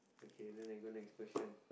okay then we go next question